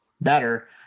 better